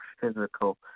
physical